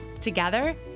Together